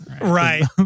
Right